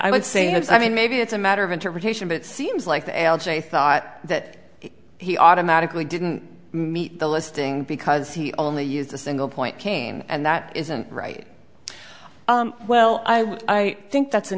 i would say i mean maybe it's a matter of interpretation but it seems like the algae thought that he automatically didn't meet the listing because he only used a single point cane and that isn't right well i think that's an